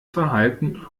verhalten